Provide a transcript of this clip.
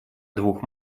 двух